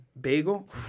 bagel